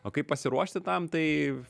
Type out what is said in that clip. o kaip pasiruošti tam tai